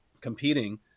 competing